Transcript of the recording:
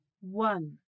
one